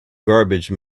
garbage